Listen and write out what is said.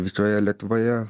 visoje lietuvoje